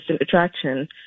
attraction